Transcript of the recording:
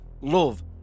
love